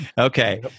okay